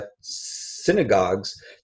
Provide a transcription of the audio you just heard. synagogues